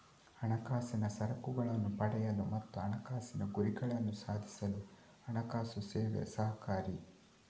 ಹಣಕಾಸಿನ ಸರಕುಗಳನ್ನ ಪಡೆಯಲು ಮತ್ತು ಹಣಕಾಸಿನ ಗುರಿಗಳನ್ನ ಸಾಧಿಸಲು ಹಣಕಾಸು ಸೇವೆ ಸಹಕಾರಿ